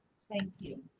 thank you.